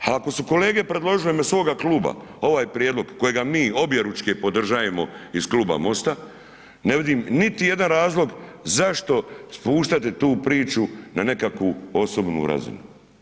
A ako su kolege predložile u ime svoga kluba ovaj prijedlog kojega mi objeručke podržajemo iz Kluba MOST-a, ne vidim niti jedan razlog zašto spuštate tu priču na nekakvu osobnu razinu.